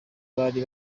bari